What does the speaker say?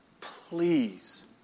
please